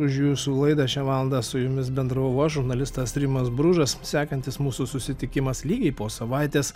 už jūsų laidą šią valandą su jumis bendravau aš žurnalistas rimas bružas sekantis mūsų susitikimas lygiai po savaitės